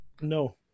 no